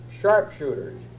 sharpshooters